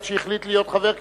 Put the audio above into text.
עד שהחליט להיות חבר כנסת.